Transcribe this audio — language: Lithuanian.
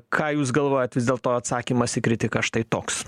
ką jūs galvojat vis dėlto atsakymas į kritiką štai toks